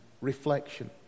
reflection